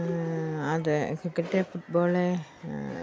അതേ ക്രിക്കറ്റ് ഫുട് ബോൾ